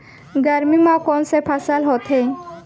गरमी मा कोन से फसल होथे?